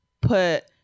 put